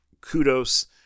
Kudos